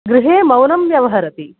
गृहे मौनं व्यवहरति